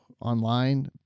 online